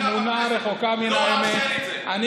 תמונה שרחוקה מן האמת.